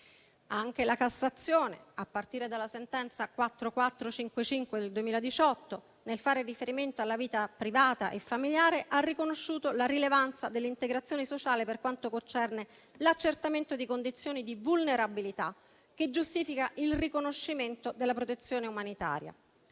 Corte di cassazione, a partire dalla sentenza n. 4455 del 2018, nel fare riferimento alla vita privata e familiare, ha riconosciuto la rilevanza dell'integrazione sociale per quanto concerne l'accertamento di condizioni di vulnerabilità che giustificano il riconoscimento della protezione umanitaria.